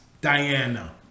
Diana